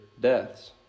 deaths